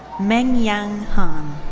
mengyang han.